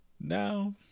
Now